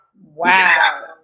Wow